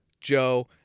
Joe